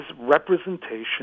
representation